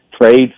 trade